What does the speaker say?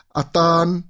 atan